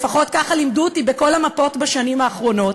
לפחות ככה לימדו אותי בכל המפות בשנים האחרונות.